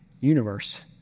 universe